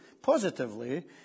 positively